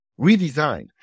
redesigned